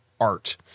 art